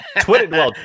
Twitter